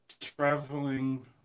traveling